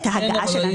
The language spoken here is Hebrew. את ההגעה של האנשים.